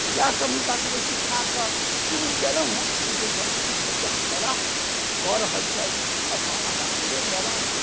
हम इएहसब हुनकासबके सिखाकऽ शुरू केलौ हँ हुनको सबकिछु बच्चा अएला हँ कऽ रहल छथि अऽ बाबा रामदेब बाबा